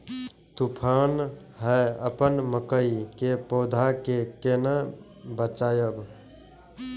तुफान है अपन मकई के पौधा के केना बचायब?